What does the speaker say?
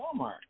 Walmart